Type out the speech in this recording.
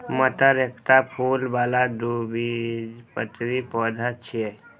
मटर एकटा फूल बला द्विबीजपत्री पौधा छियै